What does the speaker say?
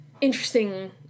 interesting